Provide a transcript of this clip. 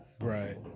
Right